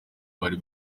bari